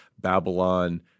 Babylon